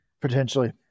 potentially